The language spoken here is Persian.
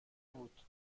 بود